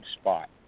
spot